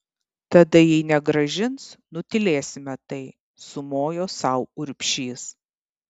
tada jei negrąžins nutylėsime tai sumojo sau urbšys